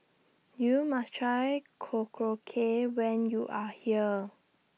YOU must Try Korokke when YOU Are here